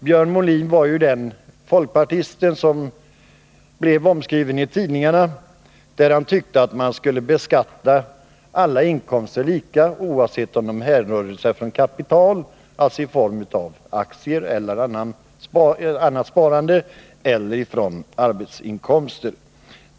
Björn Molin är ju folkpartisten som blev omskriven i tidningarna när han tyckte att man skulle beskatta alla inkomster lika, oavsett om de härrörde från kapital — alltså aktier eller annat sparande — eller från arbetsinkomster.